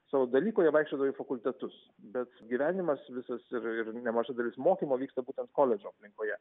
savo dalyko jie vaikščiodavo į fakultetus bet gyvenimas visas ir ir nemaža dalis mokymo vyksta būtent koledžo aplinkoje